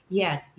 yes